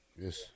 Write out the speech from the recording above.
Yes